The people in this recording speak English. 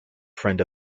friend